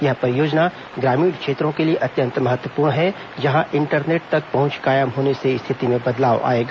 यह परियोजना ग्रामीण क्षेत्रों के लिए अत्यंत महत्वपूर्ण है जहां इंटरनेट तक पहुंच कायम होने से स्थिति में बदलाव आयेगा